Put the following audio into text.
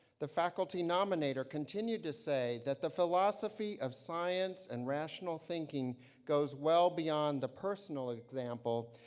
the faculty nominator continued to say that the philosophy of science and rational thinking goes well beyond the personal example,